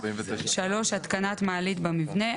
(3)התקנת מעלית במבנה,